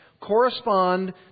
correspond